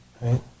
Right